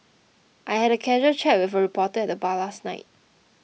I had a casual chat with a reporter at the bar last night